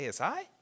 ASI